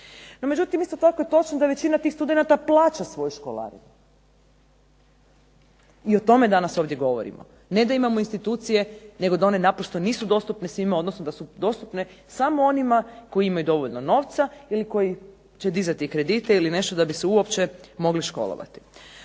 No međutim isto je tako točno da većina tih studenata plaća svoje školarine i o tome danas ovdje govorimo, ne da imamo institucije nego da one naprosto nisu dostupne svima odnosno da su dostupne samo onima koji imaju dovoljno novca ili koji će dizati kredite ili nešto da bi se uopće mogli školovati.